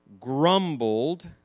grumbled